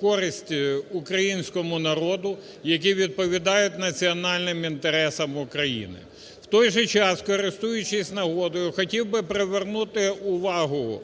користь українському народу, які відповідають національним інтересам України. В той же час, користуючись нагодою, хотів би привернути увагу